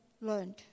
learned